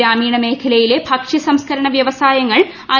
ഗ്രാമീണ മേഖലയിലെ ഭക്ഷ്യ സംസ്കരണ വ്യവസായങ്ങൾ ഐ